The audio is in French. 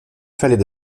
fallait